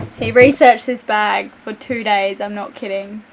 he researches his bag for two days, i'm not kidding.